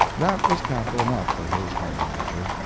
that was capital enough for his hearty nature.